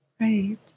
Right